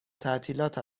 تعطیلات